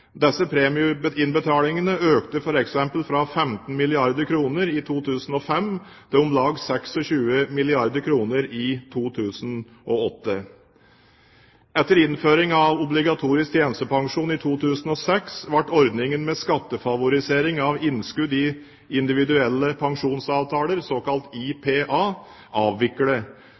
økte f.eks. fra 15 milliarder kr i 2005 til om lag 26 milliarder kr i 2008. Etter innføringen av obligatorisk tjenestepensjon i 2006 ble ordningen med skattefavorisering av innskudd i individuelle pensjonsavtaler, såkalt IPA,